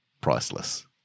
Priceless